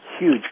huge